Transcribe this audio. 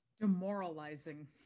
demoralizing